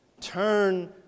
Turn